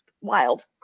wild